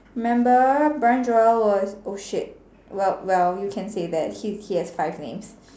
remember Bryan Joel was oh shit well well you can say that he he has five names